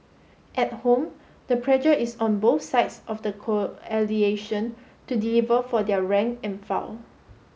at home the pressure is on both sides of the to deliver for their rank and file